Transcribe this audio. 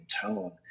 tone